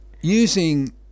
using